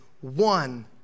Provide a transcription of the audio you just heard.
one